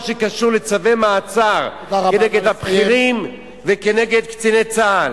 שקשור לצווי מעצר כנגד הבכירים וכנגד קציני צה"ל.